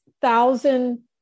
thousand